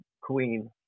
Queen